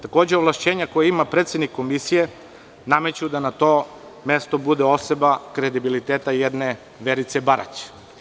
Takođe, ovlašćenja koja ima predsednik Komisije nameću da na to mesto bude osoba kredibiliteta i jedne Verice Barać.